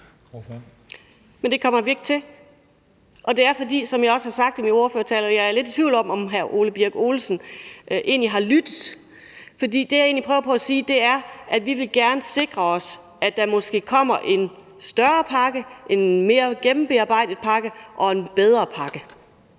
Men det kommer vi ikke til. Og det er egentlig, som jeg også har sagt i min ordførertale – og jeg er lidt i tvivl om, om hr. Ole Birk Olesen egentlig har lyttet – fordi vi gerne vil sikre os, at der måske kommer en større pakke, en mere gennembearbejdet pakke og en bedre pakke.